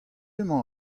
emañ